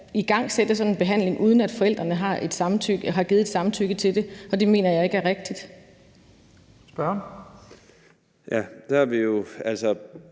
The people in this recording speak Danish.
igangsætte sådan en behandling, uden at forældrene har givet et samtykke til det, og det mener jeg ikke er rigtigt. Kl. 11:47 Første